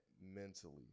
mentally